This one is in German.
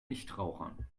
nichtrauchern